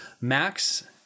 Max